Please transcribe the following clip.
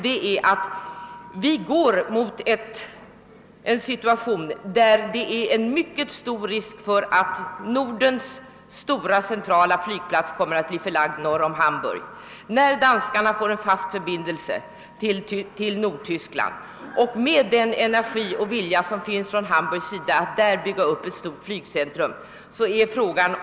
Den negativa sidan är att det finns stor risk för att Nordens stora centralflygplats kommer att bli förlagd norr om Hamburg när danskarna får en fast förbindelse med Nordtyskland, med tanke på energin och vilja från Hamburgs sida att där bygga upp ett flygcentrum.